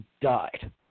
died